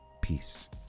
peace